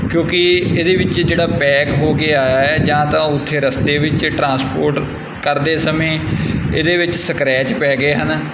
ਕਿਉਂਕਿ ਇਹਦੇ ਵਿੱਚ ਜਿਹੜਾ ਪੈਕ ਹੋ ਕੇ ਆਇਆ ਹੈ ਜਾਂ ਤਾਂ ਉੱਥੇ ਰਸਤੇ ਵਿੱਚ ਟਰਾਂਸਪੋਰਟ ਕਰਦੇ ਸਮੇਂ ਇਹਦੇ ਵਿੱਚ ਸਕਰੈਚ ਪੈ ਗਏ ਹਨ